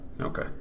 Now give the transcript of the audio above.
okay